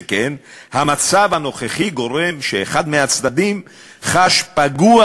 שכן המצב הנוכחי גורם לכך שאחד מהצדדים חש פגוע